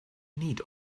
need